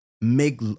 make